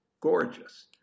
gorgeous